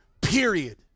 period